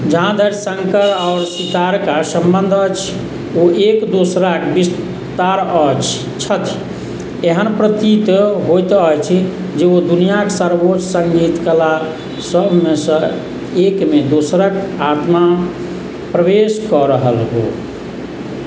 जहाँ धरि शङ्कर आओर सितारका सम्बन्ध अछि ओ एक दोसराके विस्तार अछि छथि एहन प्रतीत होइत अछि जे ओ दुनिआके सर्वोच्च सङ्गीत कला सभमेसँ एकमे दोसरके आत्मा प्रवेश कऽ रहल हो